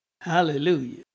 Hallelujah